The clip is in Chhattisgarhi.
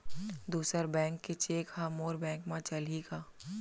दूसर बैंक के चेक ह मोर बैंक म चलही का?